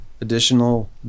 additional